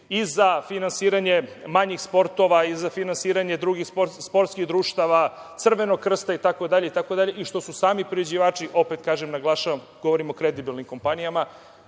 i za finansiranje manjih sportova, i za finansiranje drugih sportskih društava, Crvenog krsta itd, itd, i što su sami proizvođači opet kažem naglašavam, govorim o kredibilnim kompanijama